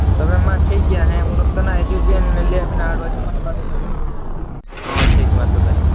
ᱛᱚᱵᱮ ᱢᱟ ᱴᱷᱤᱠᱜᱮᱭᱟ ᱦᱮᱸ ᱩᱱ ᱚᱠᱛᱚ ᱱᱟᱜ ᱦᱤᱡᱩᱜ ᱵᱤᱱ ᱞᱟᱹᱭᱮᱫ ᱵᱤᱱᱟ ᱟᱴ ᱵᱟᱡᱮ ᱠᱷᱚᱱ ᱵᱟᱨᱚ ᱵᱟᱡᱮ ᱦᱚᱸ ᱴᱷᱤᱠ ᱢᱟ ᱛᱚᱵᱮ ᱦᱩᱸ